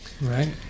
Right